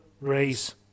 raise